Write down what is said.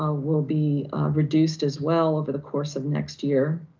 ah will be reduced as well over the course of next year.